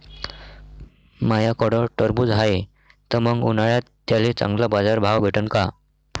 माह्याकडं टरबूज हाये त मंग उन्हाळ्यात त्याले चांगला बाजार भाव भेटन का?